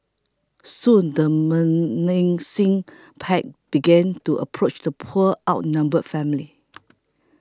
soon the menacing pack began to approach the poor outnumbered family